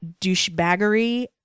douchebaggery